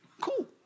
Cool